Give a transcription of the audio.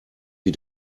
wie